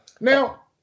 Now